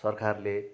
सरकारले